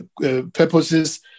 purposes